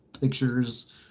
pictures